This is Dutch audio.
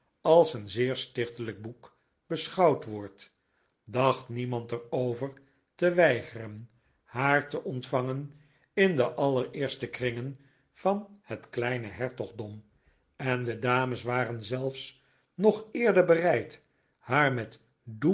als een zeer stichtelijk boek beschouwd wordt dacht niemand er over te weigeren haar te ontvangen in de allereerste kringen van het kleine hertogdom en de dames waren zelfs nog eerder bereid haar met